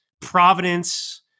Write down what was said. Providence